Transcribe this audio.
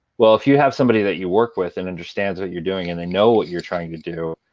well, if you have somebody that you work with and understands what you're doing, and they know what you're trying to do,